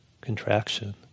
contraction